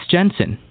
Jensen